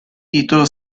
titolo